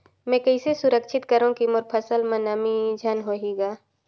मैं कइसे सुरक्षित करो की मोर फसल म नमी झन होही ग?